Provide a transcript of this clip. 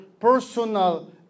personal